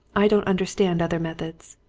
i don't understand other methods.